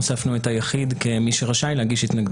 הוספנו את היחיד כמי שרשאי להגיש התנגדות.